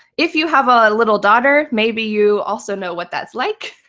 if you have a little daughter, maybe you also know what that's like.